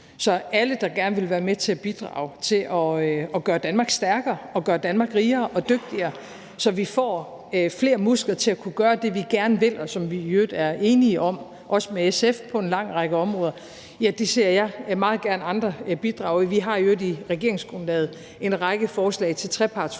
Så alle, der gerne vil være med til at bidrage til at gøre Danmark stærkere og gøre Danmark rigere og dygtigere, så vi får flere muskler til at kunne gøre det, vi gerne vil, og som vi i øvrigt er enige om, også med SF på en lang række områder, ser jeg meget gerne bidrage til det. Vi har i øvrigt i regeringsgrundlaget en række forslag til trepartsforhandlinger